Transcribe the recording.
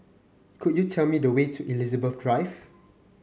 could you tell me the way to Elizabeth Drive